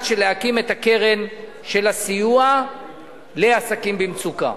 להקים את הקרן של הסיוע לעסקים במצוקה.